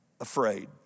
afraid